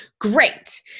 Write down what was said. great